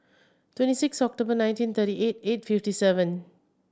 twenty six October nineteen thirty eight eight fifty seven